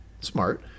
Smart